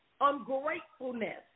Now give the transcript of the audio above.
Ungratefulness